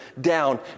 down